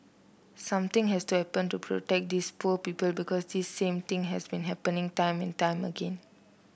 something has to happen to protect these poor people because this same thing has been happening time and time again